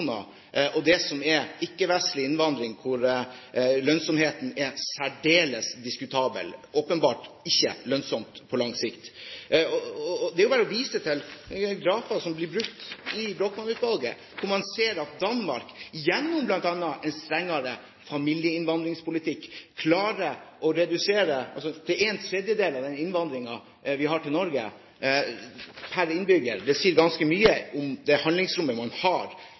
og ikke-vestlig innvandring, hvor lønnsomheten er særdeles diskutabel – åpenbart ikke lønnsom på lang sikt. Det er bare å vise til grafer som blir brukt i Brochmann-utvalgets rapport, hvor man ser at Danmark, gjennom bl.a. en strengere familieinnvandringspolitikk, klarer å redusere innvandringen til en tredel av det vi har til Norge per innbygger. Det sier ganske mye om det handlingsrommet man har